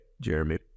Jeremy